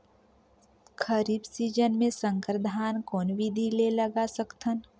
खरीफ season मे संकर धान कोन विधि ले लगा सकथन?